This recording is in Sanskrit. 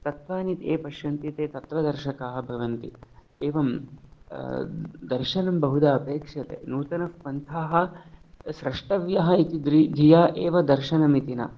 तत्त्वानि ये पश्यन्ति ते तत्त्वदर्शकाः भवन्ति एवं दर्शनं बहुधा अपेक्ष्यते नूतनःपन्थाः स्रष्टव्याः इति द्रि धिया एव दर्शनम् इति न